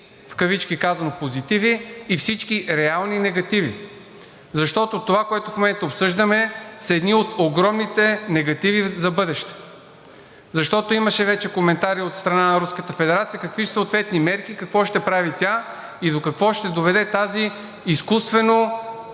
с всички „позитиви“ и всички реални негативи. Защото това, което в момента обсъждаме, са едни от огромните негативи за в бъдеще. Имаше вече коментари от страна на Руската федерация какви ще са ответните мерки, какво ще прави тя и до какво ще доведе тази изкуствено